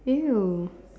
you